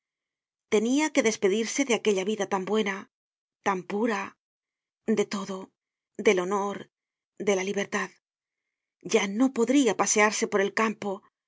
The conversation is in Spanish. tenia que despedirse de aquella vida tan buena tan pura de todo del honor de la libertad ya no podria pasearse por el campo